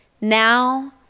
now